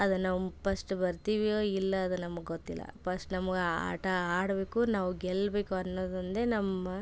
ಅದು ನಮ್ಮ ಪಸ್ಟ್ ಬರ್ತೀವೋ ಇಲ್ಲ ಅದು ನಮ್ಮ ಗೊತ್ತಿಲ್ಲ ಪಸ್ಟ್ ನಮ್ಗೆ ಆ ಆಟ ಆಡಬೇಕು ನಾವು ಗೆಲ್ಲಬೇಕು ಅನ್ನೋದೊಂದೇ ನಮ್ಮ